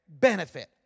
benefit